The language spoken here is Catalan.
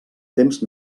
temps